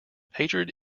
hatred